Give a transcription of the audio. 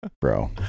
bro